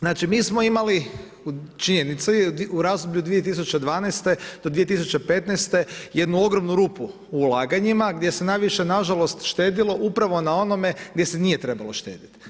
Znači mi smo imali, činjenica je u razdoblju 2012. do 2015. jednu ogromnu rupu u ulaganjima gdje se najviše nažalost štedjelo upravo na onome gdje se nije trebalo štedjeti.